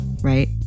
right